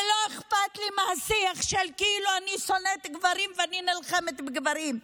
ולא אכפת לי מהשיח של כאילו אני שונאת גברים ואני נלחמת בגברים.